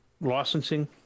licensing